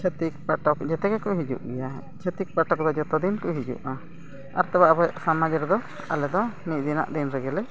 ᱪᱷᱟᱹᱛᱤᱠ ᱯᱟᱴᱚᱠ ᱡᱚᱛᱚ ᱜᱮᱠᱚ ᱦᱤᱡᱩᱜ ᱜᱮᱭᱟ ᱪᱷᱟᱹᱛᱤᱠ ᱯᱟᱴᱚᱠ ᱫᱚ ᱡᱚᱛᱚ ᱫᱤᱱᱠᱚ ᱦᱤᱡᱩᱜᱼᱟ ᱟᱨ ᱛᱚᱵᱮ ᱟᱵᱚᱣᱟᱜ ᱥᱚᱢᱟᱡᱽ ᱨᱮᱫᱚ ᱟᱞᱮ ᱫᱚ ᱢᱤᱫ ᱫᱤᱱᱟᱜ ᱫᱤᱱ ᱨᱮᱜᱮ ᱞᱮ